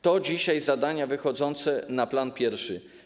To dzisiaj zadania wychodzące na plan pierwszy.